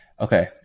okay